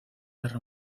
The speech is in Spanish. guerra